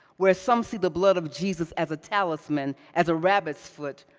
where some see the blood of jesus as a talisman, as a rabbit's foot,